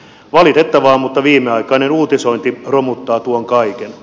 valitettavaa mutta viimeaikainen uutisointi romuttaa tuon kaiken